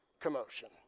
commotion